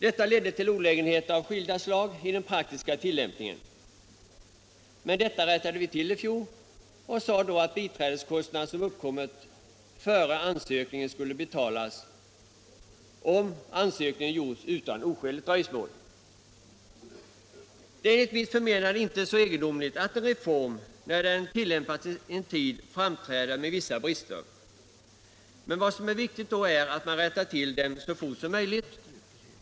Detta ledde till olägenheter av skilda slag i den praktiska tillämpningen. Men detta rättade vi till i fjol och sade då att biträdeskostnad som uppkommit före ansökningen skall betalas, om ansökningen gjorts utan oskäligt dröjsmål. Det är enligt mitt förmenande inte så egendomligt att en reform, när den tillämpats en tid, framträder med vissa brister, men vad som är viktigt då är att man rättar till dem så fort som möjligt.